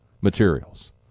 materials